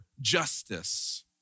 justice